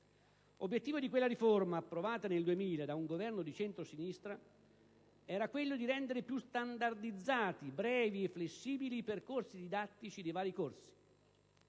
Obiettivo di quella riforma, approvata nel 2000 da un Governo di centrosinistra, era quello di rendere più standardizzati, brevi e flessibili i percorsi didattici dei vari corsi,